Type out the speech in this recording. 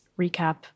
recap